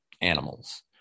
animals